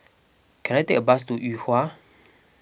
can I take a bus to Yuhua